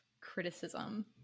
criticism